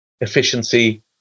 efficiency